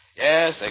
Yes